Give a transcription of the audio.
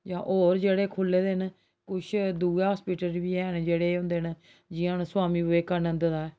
जां होर जेह्ड़े खु'ल्ले दे न किश दुए अस्पताल बी हैन जेह्ड़े होंदे न जि'यां हून स्वामी विवेकानंद दा ऐ